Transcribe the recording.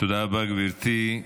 תודה רבה, גברתי.